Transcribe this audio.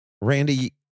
Randy